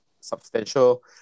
substantial